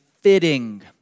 fitting